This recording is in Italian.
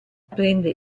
prende